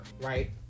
right